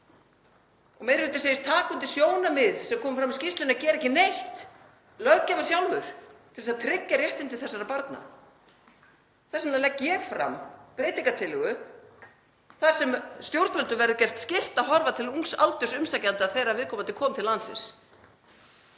sjálfur, segist taka undir sjónarmið sem komu fram í skýrslunni um að gera ekki neitt, til að tryggja réttindi þessara barna. Þess vegna legg ég fram breytingartillögu þar sem stjórnvöldum verður gert skylt að horfa til ungs aldurs umsækjanda þegar viðkomandi kom til landsins.